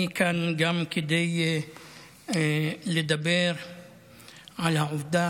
אני כאן גם כדי לדבר על העובדה